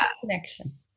connection